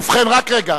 ובכן, רק רגע.